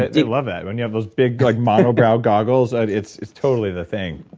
they love that, when you have those big like mono-brow goggles? and it's it's totally the thing